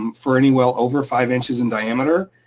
um for any well over five inches in diameter.